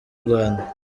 rwanda